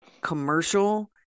commercial